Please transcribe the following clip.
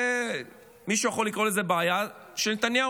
מישהו יכול לקרוא לזה בעיה של נתניהו